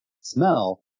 smell